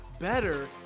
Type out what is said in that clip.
better